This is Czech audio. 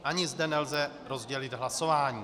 Ani zde nelze rozdělit hlasování.